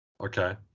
okay